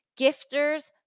gifters